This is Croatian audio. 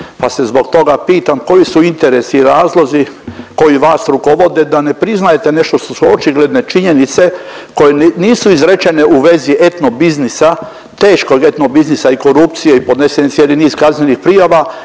pa se zbog toga pitam koji su interesi i razlozi koji vas rukovode, da ne priznajete nešto što su očigledne činjenice koje nisu izrečene u vezi etno biznisa, teškog etno biznisa i korupcije i podnesen je cijeli niz kaznenih prijava